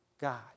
God